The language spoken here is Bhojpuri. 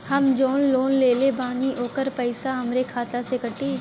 हम जवन लोन लेले बानी होकर पैसा हमरे खाते से कटी?